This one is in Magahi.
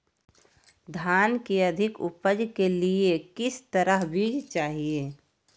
धान की अधिक उपज के लिए किस तरह बीज चाहिए?